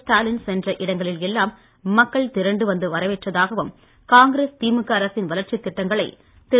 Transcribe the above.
ஸ்டாலின் சென்ற இடங்களில் எல்லாம் மக்கள் திரண்டு வந்து வரவேற்றதாகவும் காங்கிரஸ் திமுக அரசின் வளர்ச்சித் திட்டங்களை திரு